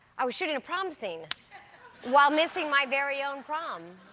i was shooting a prom scene while missing my very own prom.